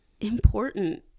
important